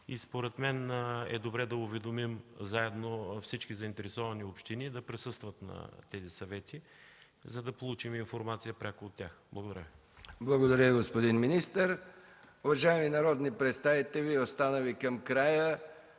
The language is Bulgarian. Според мен е добре да уведомим заедно всички заинтересовани общини да присъстват на тези съвети, за да получим информация пряко от тях. ПРЕДСЕДАТЕЛ МИХАИЛ МИКОВ: Благодаря, господин министър. Уважаеми народни представители, останали до края,